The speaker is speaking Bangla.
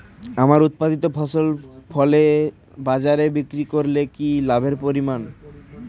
আমার উৎপাদিত ফসল ফলে বাজারে গিয়ে বিক্রি করলে কি লাভের পরিমাণ?